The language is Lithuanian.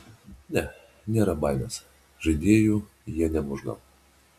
ne nėra baimės žaidėjų jie nemuš gal